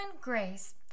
Grace